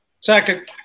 Second